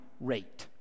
rate